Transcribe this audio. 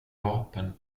vapen